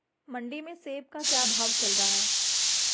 मंडी में सेब का क्या भाव चल रहा है?